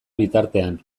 bitartean